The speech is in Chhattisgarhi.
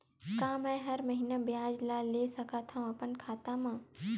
का मैं हर महीना ब्याज ला ले सकथव अपन खाता मा?